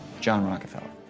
john rockefeller,